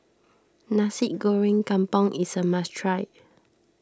Nasi Goreng Kampung is a must try